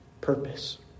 purpose